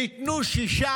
ניתנו 6,